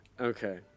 Okay